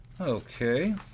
Okay